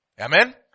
Amen